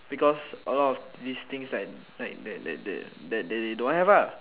because a lot of these things like like that that that that they don't have lah